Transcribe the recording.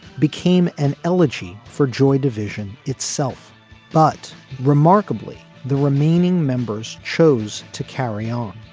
became an elegy for joy division itself but remarkably the remaining members chose to carry on.